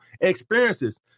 experiences